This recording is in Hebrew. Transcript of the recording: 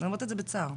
ט"ז בטבת התשפ"ב.